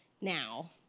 now